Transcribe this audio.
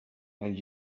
and